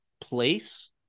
place